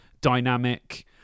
dynamic